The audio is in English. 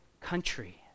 country